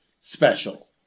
special